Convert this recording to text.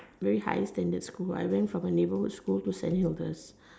very high standard school I went from a neighborhood school to Saint Augustine